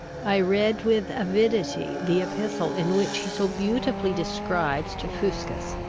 i read with avidity the epistle in which he so beautifully describes to fuscus,